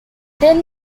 then